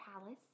palace